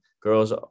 girls